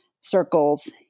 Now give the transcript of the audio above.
circles